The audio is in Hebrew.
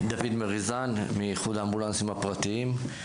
אני מאיחוד האמבולנסים הפרטיים.